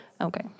Okay